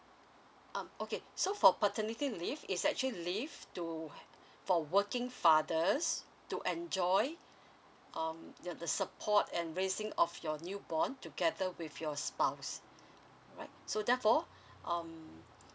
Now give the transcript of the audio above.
um okay so for paternity leave is actually leave to for working fathers to enjoy um your the support and raising of your new born together with your spouse alright so therefore um